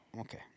okay